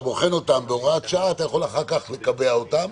בוחן אותם בהוראת שעה אתה יכול אחר כך לקבע אותם